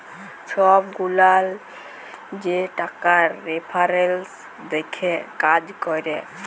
ছব গুলান যে টাকার রেফারেলস দ্যাখে কাজ ক্যরে